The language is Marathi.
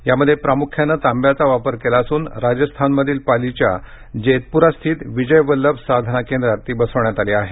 यामध्ये प्रामुख्यानं तांब्याचा वापर केला असून राजस्थानमधील पालीच्या जेतपुरा स्थित विजय वल्लभ साधना केंद्रात ती बसविण्यात आली आहे